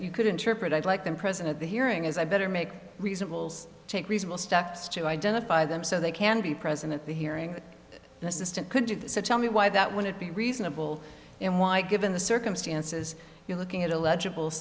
you could interpret i'd like them present at the hearing is i better make reasonable take reasonable steps to identify them so they can be present at the hearing the assistant could do such i mean why that wouldn't be reasonable and why good in the circumstances you're looking at legible